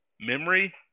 memory